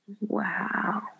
Wow